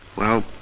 well,